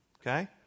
Okay